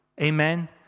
amen